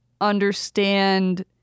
understand